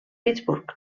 pittsburgh